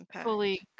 fully